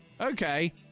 okay